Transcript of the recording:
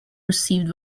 received